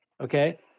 okay